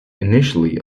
initially